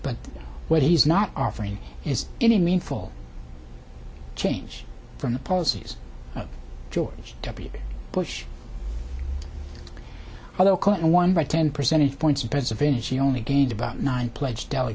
but what he's not offering is any meaningful change from the policies of george w bush although clinton won by ten percentage points in pennsylvania she only gained about nine pledged del